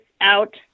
out